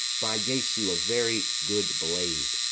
by jesu, a very good blade!